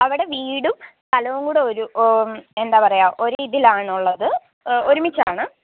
അവിടെ വീടും സ്ഥലവും കൂടെ ഒരു എന്താണ് പറയുക ഒരു ഇതിലാണുള്ളത് ഒരുമിച്ചാണ്